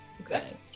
Okay